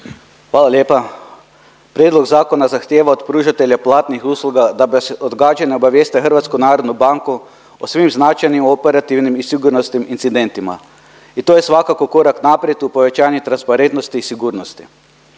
Hvala lijepa. Prijedlog zakona zahtijeva od pružatelja platnih usluga da bez odgađanja obavijeste HNB o svim značajnim operativnim i sigurnosnim incidentima i to je svakako korak naprijed u povećanju transparentnosti i sigurnosti.